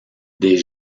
des